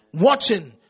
Watching